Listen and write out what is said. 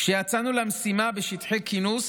כשיצאנו למשימה בשטחי כינוס